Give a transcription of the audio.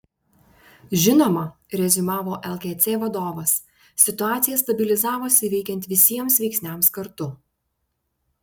žinoma reziumavo lkc vadovas situacija stabilizavosi veikiant visiems veiksniams kartu